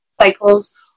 cycles